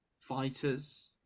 fighters